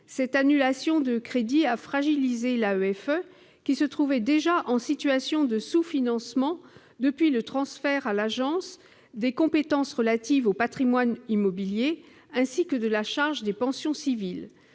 Cette annulation de crédits a fragilisé l'AEFE, qui se trouvait déjà en situation de sous-financement depuis le transfert à l'Agence des compétences relatives au patrimoine immobilier ainsi que de la charge des pensions civiles,